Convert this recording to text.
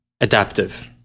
Adaptive